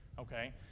okay